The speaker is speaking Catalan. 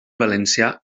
valencià